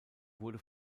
wurde